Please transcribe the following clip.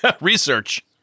research